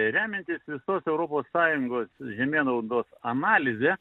remiantis visos europos sąjungos žemėnaudos analize